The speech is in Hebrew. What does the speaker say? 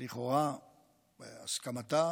לכאורה בהסכמתה